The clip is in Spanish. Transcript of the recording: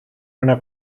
una